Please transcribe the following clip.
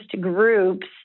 groups